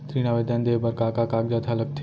ऋण आवेदन दे बर का का कागजात ह लगथे?